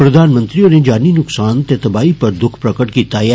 प्रधानमंत्री होरें जानी नुक्सान ते तबाही पर दुख प्रकट कीता ऐ